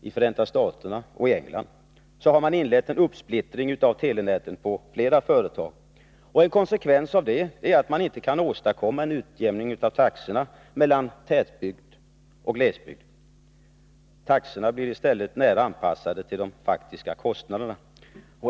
I Förenta staterna och England har man inlett en uppsplittring av telenätet på flera företag. En konsekvens av detta är att man inte kan åstadkomma en utjämning av taxorna mellan tätbygd och glesbygd. Taxorna blir i stället nära anpassade till de faktiska kostnaderna.